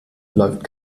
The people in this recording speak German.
läuft